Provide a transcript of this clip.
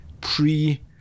pre-